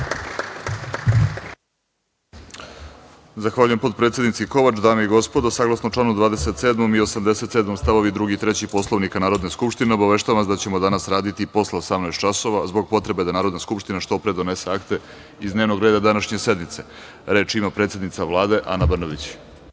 Zahvaljujem, potpredsednici Kovač. Dame i gospodo, saglasno članu 27. i 87. stavovi 2. i 3. Poslovnika Narodne skupštine, obaveštavam vas da ćemo danas raditi i posle 18.00 časova zbog potrebe da Narodna skupština što pre donese akte iz dnevnog reda današnje sednice. Reč ima predsednica Vlade, Ana Brnabić.